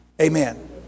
Amen